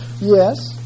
yes